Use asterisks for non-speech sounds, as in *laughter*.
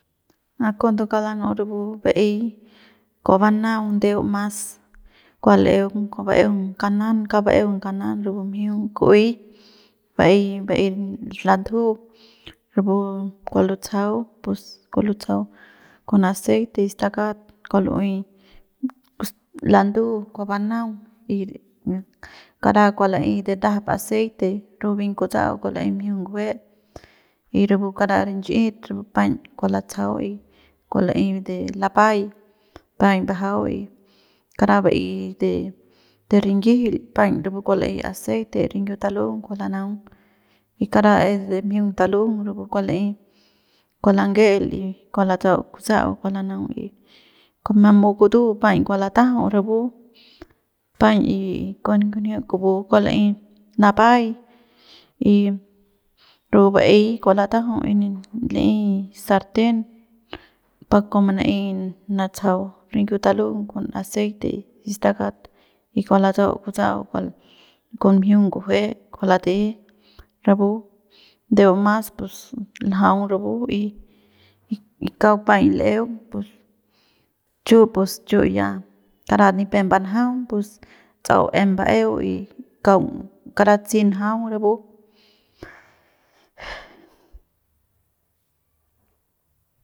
A kauk lanu'u cuando rapu ba'ey kua banaung ndeu mas kua l'eung kua ba'eung kanan kauk ba'eung kanan rapu mjiung ku'uey ba'ey ba'ey lantju rapu kua lutsajau pus kua lutsajau con aceite y stakat kua lu'uey es landu kua banaung y y kara kua la'ey de ndajap aceite rapu bien kutsa'au kua la'ey mjiung ngujue y rapu kara rinchit rapu paiñ kua latsajau y kua la'ey de lapay paiñ bajau y kara ba'ey de de rinyijil paiñ rapu kua la'ey aceite y de rinyiu talung kua lanaung y kara es de mjiung talung rapu kua le'ey kua lange'el y kua latsa'au kutsa'au kua lanaung y con mamu ktu paiñ kua latajau rapu paiñ y ken ngunjiu kupu kua la'ey napay y rapu ba'ey kua latajau y la'ey sarten pa kua mana'ey manatsajau rinyiu talung con aceite y stakat y kua latsa'au kutsa'au con mjiung ngujue kua late rapu pus ndeu mas pus njaung rapu y y kauk paiñ l'eung y chu y pus chu ya karat nipep mbanjaung pus tsa'au em ba'eu y kaung karat si njaung rapu. *noise*